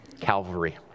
Calvary